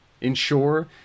ensure